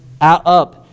up